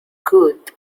good